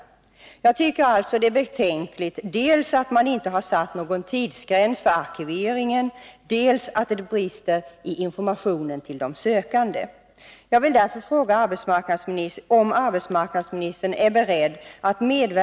Jag tycker alltså att det är betänkligt dels att man inte har satt någon tidsgräns för arkiveringen, dels att det brister i informationen till de sökande.